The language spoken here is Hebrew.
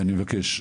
ואני מבקש,